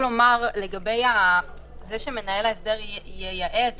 לוקחים את הסיכון הזה בגלל המאפיינים השונים